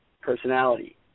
personality